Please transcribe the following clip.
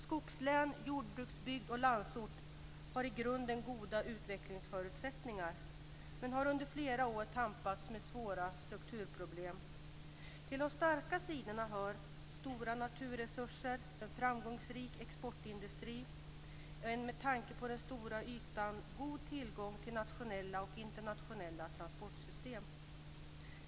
Skogslän, jordbruksbygd och landsort har i grunden goda förutsättningar till utveckling, men har under flera år tampats med svåra strukturproblem. Till de starka sidorna hör stora naturresurser, en framgångsrik exportindustri och en med tanke på den stora ytan god tillgång till nationella och internationella transportsystem.